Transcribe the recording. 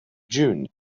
june